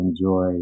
enjoy